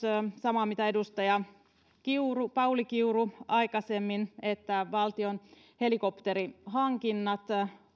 samaa mitä edustaja pauli kiuru aikaisemmin että myöskin valtion helikopterihankinnoista